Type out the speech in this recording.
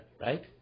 right